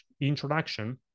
introduction